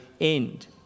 end